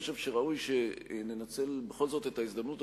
אני חושב שראוי שננצל בכל זאת את ההזדמנות